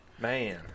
Man